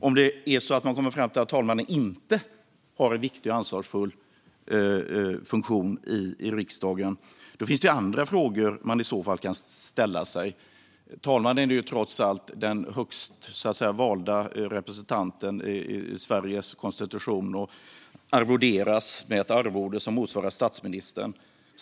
Om man kommer fram till att talmannen inte har en viktig och ansvarsfull funktion i riksdagen finns det andra frågor man i så fall kan ställa sig. Talmannen är trots allt den högst valda representanten enligt Sveriges konstitution och arvoderas med ett arvode som motsvarar statsministerns.